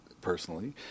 personally